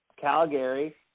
Calgary